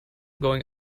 going